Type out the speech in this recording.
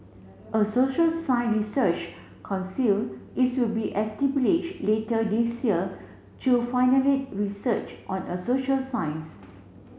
a social science research conceal is will be establish later this year to finally research on a social science